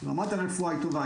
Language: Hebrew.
רמת הרפואה היא טובה.